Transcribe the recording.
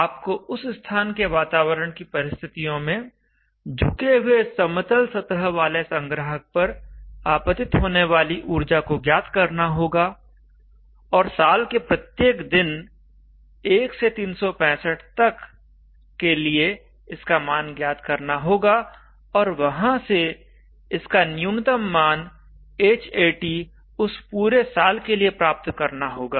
आपको उस स्थान के वातावरण की परिस्थितियों में झुके हुए समतल सतह वाले संग्राहक पर आपतित होने वाली ऊर्जा को ज्ञात करना होगा और साल के प्रत्येक दिन 1 से 365 तक के लिए इसका मान ज्ञात करना होगा और वहां से इसका न्यूनतम मान Hat उस पूरे साल के लिए प्राप्त करना होगा